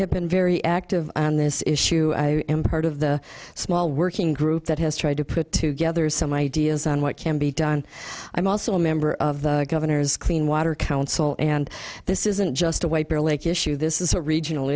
have been very active on this issue i am part of the small working group that has tried to put to gather some ideas on what can be done i'm also a member of the governor's clean water council and this isn't just a white bear lake issue this is a regional